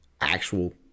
actual